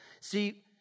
See